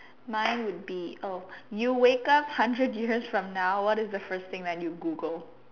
mine would be oh you wake hundred years from now what is the first thing that you Google